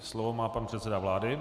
Slovo má pan předseda vlády.